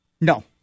No